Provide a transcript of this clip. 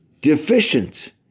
deficient